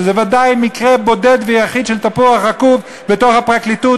שזה ודאי מקרה בודד ויחיד של תפוח רקוב בתוך הפרקליטות,